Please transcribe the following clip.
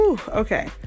Okay